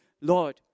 Lord